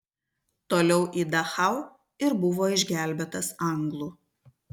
toliau į dachau ir buvo išgelbėtas anglų